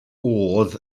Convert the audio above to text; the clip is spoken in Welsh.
oedd